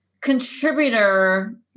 contributor